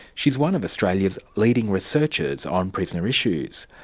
she's one of australia's leading researchers on prisoner issues.